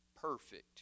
perfect